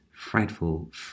frightful